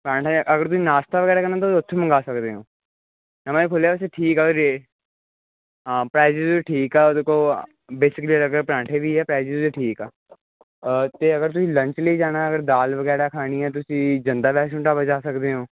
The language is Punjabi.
ਪਰਾਂਠਾ ਅਗਰ ਤੁਸੀਂ ਨਾਸ਼ਤਾ ਵਗੈਰਾ ਕਰਨਾ ਤਾਂ ਉੱਥੇ ਮੰਗਵਾ ਸਕਦੇ ਹੋ ਨਵੇਂ ਖੁਲ੍ਹਿਆ ਸੀ ਠੀਕ ਆ ਉਹਦੇ ਰੇਟ ਹਾਂ ਪ੍ਰਾਈਜਜ ਠੀਕ ਆ ਉਹਦੇ ਕੋਲ ਬੇਸਿਕ ਜਿਹੇ ਅਲੱਗ ਅਲੱਗ ਤਰ੍ਹਾਂ ਦੇ ਪਰਾਂਠੇ ਵੀ ਹੈ ਪੈਸੇ ਵੀ ਠੀਕ ਆ ਅਤੇ ਅਗਰ ਤੁਸੀਂ ਲੰਚ ਲਈ ਜਾਣਾ ਅਗਰ ਦਾਲ ਵਗੈਰਾ ਖਾਣੀ ਹੈ ਤੁਸੀਂ ਜੰਦਾ ਵੈਸ਼ਨੂੰ ਢਾਬਾ ਜਾ ਸਕਦੇ ਹੋ